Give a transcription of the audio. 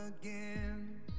again